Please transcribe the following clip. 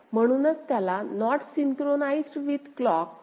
म्हणूनच त्याला not synchronised with clock म्हणतात